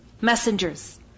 messengers